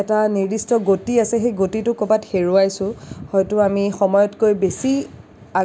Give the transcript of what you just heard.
এটা নিৰ্দিষ্ট গতি আছে সেই গতিটো ক'ৰবাত হেৰুৱাই পেলাইছোঁ হয়তো আমি সময়তকৈ বেছি